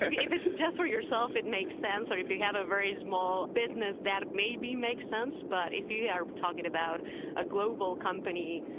if it's just for yourself, it makes sense. or if you have a very small business, that maybe makes sense. but if you are talking about a global company,